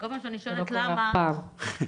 זה לא קורה אף פעם.